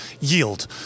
yield